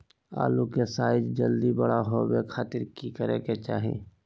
आलू के साइज जल्दी बड़ा होबे खातिर की करे के चाही?